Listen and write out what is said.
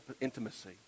intimacy